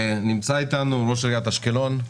נמצא איתנו ראש עיריית אשקלון,